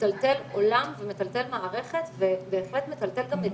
מטלטל עולם ומטלטל מערכת ובהחלט מטלטל גם מדינה.